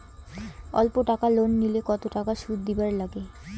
অল্প টাকা লোন নিলে কতো টাকা শুধ দিবার লাগে?